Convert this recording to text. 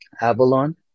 Avalon